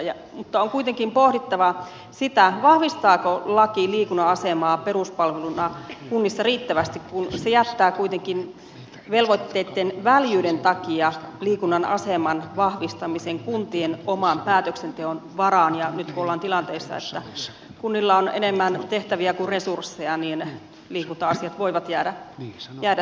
mutta on kuitenkin pohdittava sitä vahvistaako laki liikunnan asemaa peruspalveluna kunnissa riittävästi kun se jättää kuitenkin velvoitteitten väljyyden takia liikunnan aseman vahvistamisen kuntien oman päätöksenteon varaan ja nyt kun ollaan tilanteessa että kunnilla on enemmän tehtäviä kuin resursseja niin liikunta asiat voivat jäädä sivuun